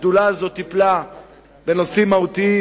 השדולה הזאת טיפלה בנושאים מהותיים